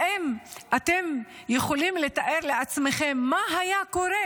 האם אתם יכולים לתאר לעצמכם מה היה קורה,